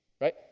right